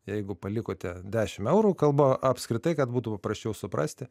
jeigu palikote dešimt eurų kalbu apskritai kad būtų paprasčiau suprasti